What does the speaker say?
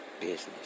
Business